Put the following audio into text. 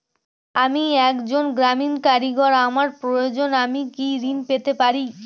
আমি একজন গ্রামীণ কারিগর আমার প্রয়োজনৃ আমি কি ঋণ পেতে পারি?